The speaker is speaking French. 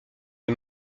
les